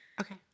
okay